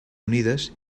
unides